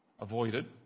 avoided